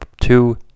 two